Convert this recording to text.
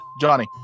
Johnny